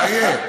מה יהיה?